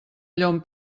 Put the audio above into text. llom